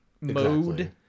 mode